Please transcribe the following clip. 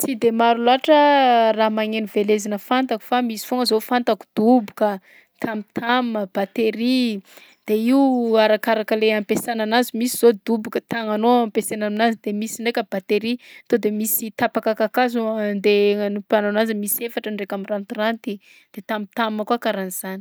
Tsy de maro loatra raha magneno velezina fantako fa misy foagna zao fantako: doboka, tam-tam, batery. De io arakaraka le ampiasana anazy, misy zao doboka tagnanao ampiasaina aminazy de misy ndraika batery to de misy tapaka kakazo andeha agnanipohanao azy, misy efatra ndraika mirantiranty de tam-tam koa karahan'zany.